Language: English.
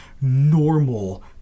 normal